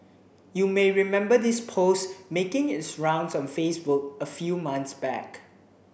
you may remember this post making its rounds on Facebook a few months back